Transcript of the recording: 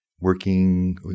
working